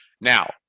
Now